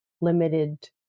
limited